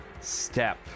step